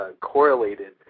correlated